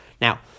Now